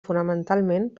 fonamentalment